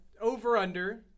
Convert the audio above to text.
over-under